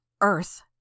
Earth